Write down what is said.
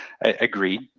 agreed